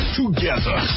together